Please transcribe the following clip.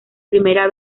primera